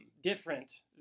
different